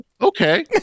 okay